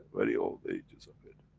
very old ages of it.